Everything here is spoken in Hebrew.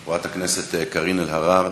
חברת הכנסת קארין אלהרר,